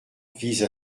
vise